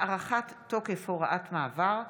(הארכת תוקף הוראת מעבר),